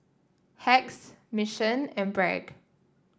Hacks Mission and Bragg